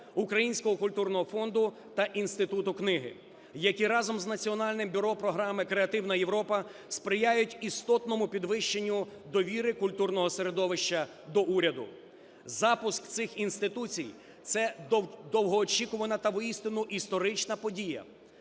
Українського культурного фонду та Інституту книги, які разом з Національним бюро програми "Креативна Європа" сприяють істотному підвищенню довіри культурного середовища до уряду. Запуск цих інституцій – це довгоочікувана та воістину історична подія.